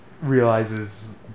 realizes